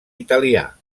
italià